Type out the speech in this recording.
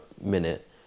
minute